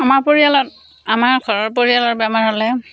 আমাৰ পৰিয়ালত আমাৰ ঘৰৰ পৰিয়ালৰ বেমাৰ হ'লে